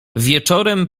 wieczorem